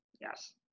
yes